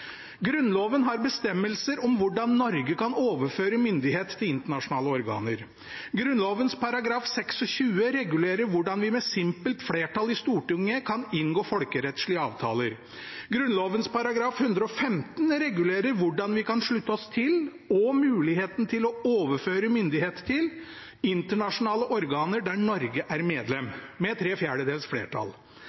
Grunnloven har bestemmelser om hvordan Norge kan overføre myndighet til internasjonale organer. Grunnloven § 26 regulerer hvordan vi med simpelt flertall i Stortinget kan inngå folkerettslige avtaler. Grunnloven § 115 regulerer hvordan vi kan slutte oss til, og muligheten til å overføre myndighet til, internasjonale organer der Norge er medlem, med tre fjerdedels flertall.